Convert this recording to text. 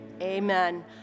amen